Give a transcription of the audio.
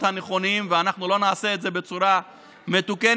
הנכונים ואנחנו לא נעשה את זה בצורה מתוקנת,